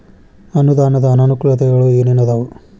ಅನುದಾನದ್ ಅನಾನುಕೂಲತೆಗಳು ಏನ ಏನ್ ಅದಾವ?